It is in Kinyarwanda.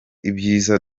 ibyiza